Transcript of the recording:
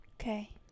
okay